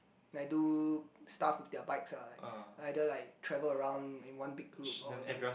like do stuff with their bikes ah like either like travel around in one big group or they